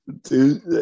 Dude